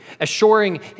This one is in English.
assuring